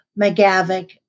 McGavick